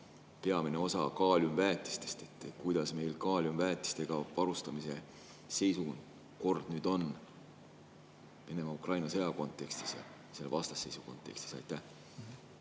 peamine osa kaaliumväetisest. Kuidas meil kaaliumväetisega varustamise seisukord on Venemaa‑Ukraina sõja kontekstis, selle vastasseisu kontekstis? Aitäh!